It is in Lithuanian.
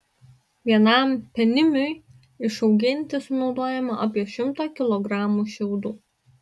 vienam penimiui išauginti sunaudojama apie šimtą kilogramų šiaudų